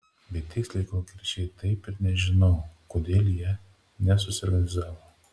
bet tiksliai ir konkrečiai taip ir nežinau kodėl jie nesusiorganizavo